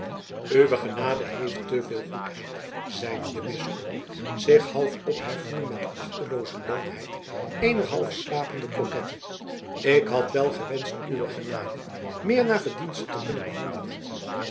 uwe genade heeft te veel goedheid zeide de bisschop zich half opheffende met de achtelooze loomheid eener half slapende kokette ik had wel gewenscht uwe genade meer naar verdienste te kunnen behandelen